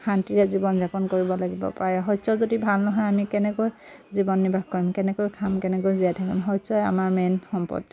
শান্তিৰে জীৱন যাপন কৰিব লাগিব পাৰে শস্য যদি ভাল নহয় আমি কেনেকৈ জীৱন নিৰ্বাহ কৰিম কেনেকৈ খাম কেনেকৈ জীয়াই থাকিম শস্যই আমাৰ মেইন সম্পদ